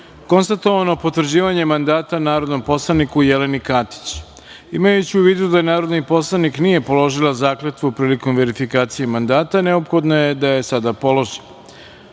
konstatovano potvrđivanje mandata narodnom poslaniku Jeleni Katić. Imajući u vidu da narodni poslanik nije položila zakletvu prilikom verifikacije mandata, neophodno je da je sada položi. Poštovana